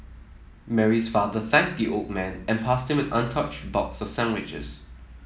Mary's father thanked the old man and passed him an untouched box of sandwiches